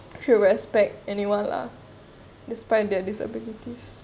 she respect anyone lah despite their disabilities